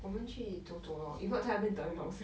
我们去走走 lor if not 在那边等很好笑